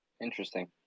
Interesting